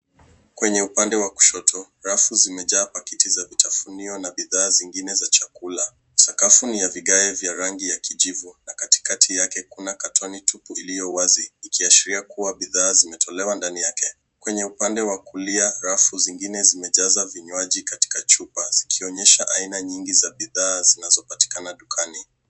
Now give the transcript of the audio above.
Kwenye upande wa kushoto, rafu zimejaa pakiti za kutafuniwa na bidhaa zingine za chakula. Sakafu ni ya vigae vya rangi ya kijivu na katikati yake kuna katoni iliyo wazi ikiashiria kuwa bidhaa zimetolewa ndani yake. Kwenye upande wa kulia, rafu zingine zimejaza vinywaji katika chupa zikionyesha aina nyingi za bidhaa zinazopatikana dukani.